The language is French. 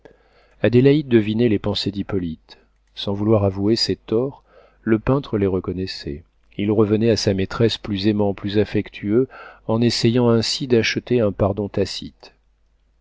adélaïde devinait les pensées d'hippolyte sans vouloir avouer ses torts le peintre les reconnaissait il revenait à sa maîtresse plus aimant plus affectueux en essayant ainsi d'acheter un pardon tacite